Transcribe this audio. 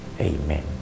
Amen